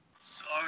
Sorry